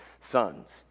sons